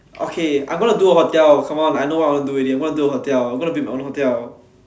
okay I'm gonna do a hotel come on I know what I want do already I'm gonna do a hotel I'm gonna build my own hotel